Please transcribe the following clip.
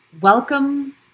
Welcome